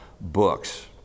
books